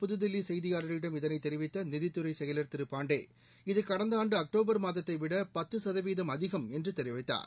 புதுதில்லிசெய்தியாளரிடம் இதனைதெரிவித்தநிதித்துறைசெயலர் எமகு திருபாண்டே இத கடந்தஆண்டுஅக்டோபர் மாதத்தைவிடபத்துசதவீதம் அதிகம் என்றுதெரிவித்தாா்